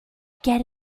get